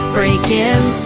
Breaking